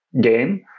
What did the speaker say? game